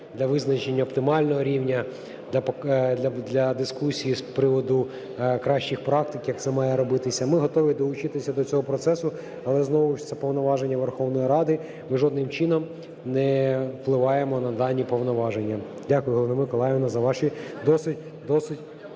для визначення оптимального рівня, для дискусій з приводу кращих практик, як це має робитися, ми готові долучитися до цього процесу. Але знову ж це повноваження Верховної Ради, ми жодним чином не впливаємо на дані повноваження. Дякую, Галино Миколаївно, за ваші досить важливі